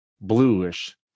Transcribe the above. bluish